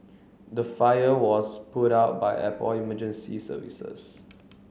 the fire was put out by airport emergency services